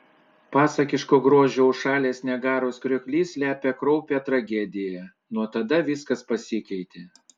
pasakiško grožio užšalęs niagaros krioklys slepia kraupią tragediją nuo tada viskas pasikeitė